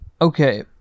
Okay